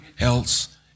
else